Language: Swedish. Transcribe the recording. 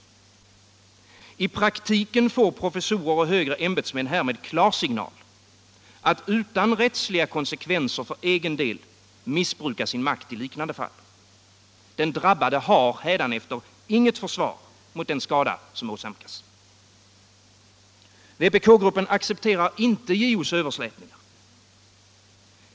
I praktiken får professorer och högre ämbetsmän härmed klarsignal att utan rättsliga konsekvenser för egen del missbruka sin makt i liknande fall. Den drabbade har hädanefter inget försvar mot den skada som åsamkas. Vpk-gruppen accepterar inte JO:s överslätningar.